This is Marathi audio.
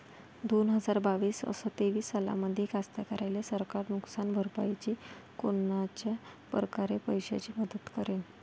दोन हजार बावीस अस तेवीस सालामंदी कास्तकाराइले सरकार नुकसान भरपाईची कोनच्या परकारे पैशाची मदत करेन?